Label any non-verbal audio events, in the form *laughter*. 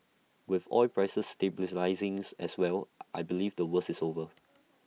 with oil prices stabilising *unintelligible* as well I believe the worst is over